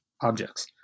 objects